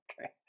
Okay